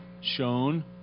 shown